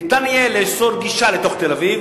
ניתן יהיה לאסור גישה לתוך תל-אביב,